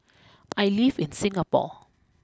I live in Singapore